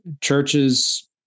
churches